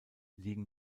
liegen